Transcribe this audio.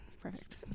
Perfect